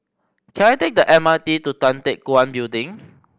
can I take the M R T to Tan Teck Guan Building